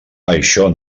això